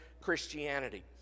Christianity